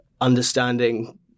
understanding